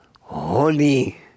holy